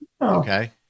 Okay